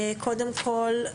קודם כל,